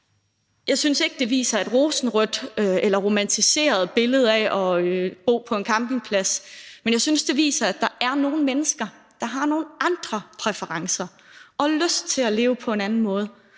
den ikke et rosenrødt eller romantiseret billede af det at bo på en campingplads, men jeg synes, den viser, at der er nogle mennesker, der har nogle andre præferencer og en lyst til at leve på en anden måde,